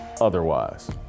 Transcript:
otherwise